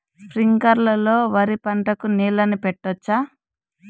స్ప్రింక్లర్లు లో వరి పంటకు నీళ్ళని పెట్టొచ్చా?